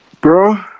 bro